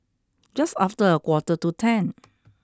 just after a quarter to ten